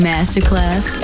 Masterclass